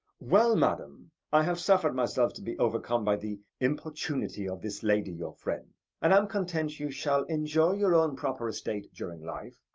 well, madam, i have suffered myself to be overcome by the importunity of this lady, your friend, and am content you shall enjoy your own proper estate during life,